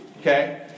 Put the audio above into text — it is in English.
okay